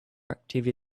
activity